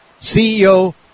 CEO